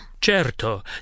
Certo